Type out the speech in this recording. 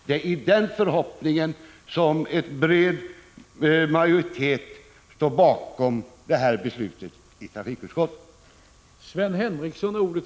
Det är i den förhoppningen som en bred majoritet står bakom beslutet i trafikutskottet.